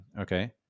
Okay